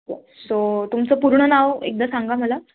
so तुमचं पूर्ण नाव एकदा सांगा मला